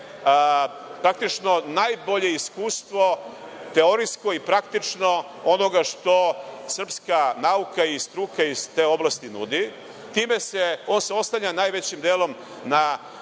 praktično najbolje iskustvo teorijsko i praktično onoga što srpska nauka i struka iz te oblasti nudi. On se oslanja najvećim delom na sličan